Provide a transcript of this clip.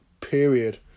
period